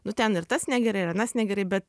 nu ten ir tas negerai ir anas negerai bet